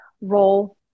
role